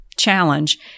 challenge